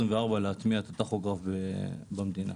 להטמיע את הטכוגרף במדינה.